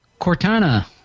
Cortana